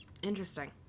Interesting